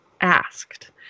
asked